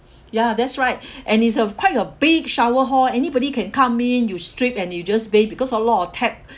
ya that's right and it's a quite a big shower hall anybody can come in you strip and you just bathe because a lot of tap